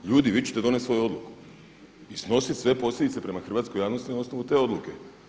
Ljudi vi ćete donest svoju odluku i snosit sve posljedice prema hrvatskoj javnosti na osnovu te odluke.